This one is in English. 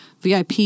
VIP